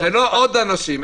זה לא עוד אנשים.